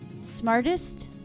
smartest